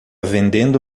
vendendo